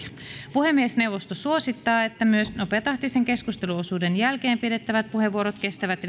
puhemiesneuvosto suosittaa että myös nopeatahtisen keskusteluosuuden jälkeen pidettävät puheenvuorot kestävät